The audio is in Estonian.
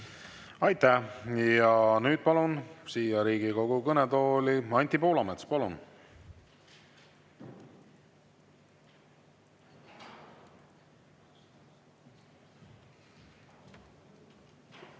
Aitäh! Ja nüüd palun siia Riigikogu kõnetooli Anti Poolametsa. Palun!